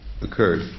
occurred